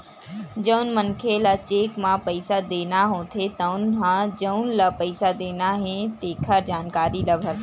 जउन मनखे ल चेक म पइसा देना होथे तउन ह जउन ल पइसा देना हे तेखर जानकारी ल भरथे